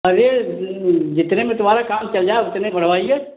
अरे जितने में तुम्हारा काम चल जाए उतने बढ़वाइए